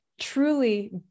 truly